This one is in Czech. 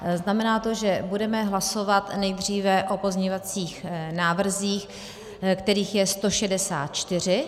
Znamená to, že budeme hlasovat nejdříve o pozměňovacích návrzích, kterých je 164.